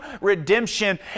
Redemption